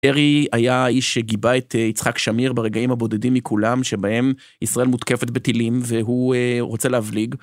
ארי היה האיש שגיבה את יצחק שמיר ברגעים הבודדים מכולם שבהם ישראל מותקפת בטילים והוא רוצה להבליג.